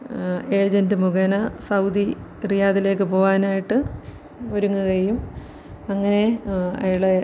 agent മുഖേന സൗദി റിയാദിലേക്ക് പോവാനായിട്ട് ഒരുങ്ങുകയും അങ്ങനെ അയാളെ